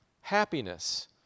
happiness